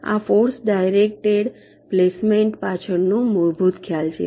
આ force directed placement પાછળનો મૂળભૂત ખ્યાલ છે